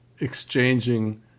exchanging